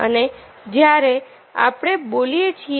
અને જ્યારે આપણે બોલીએ છીએ